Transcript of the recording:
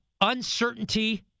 uncertainty